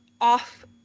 off